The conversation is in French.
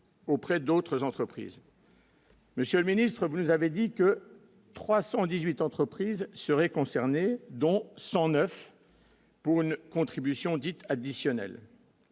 Auprès d'autres entreprises. Monsieur le ministre, vous nous avez dit que 318 entreprises seraient concernées, dont 109. Pour une une contribution dite additionnelle.